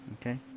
Okay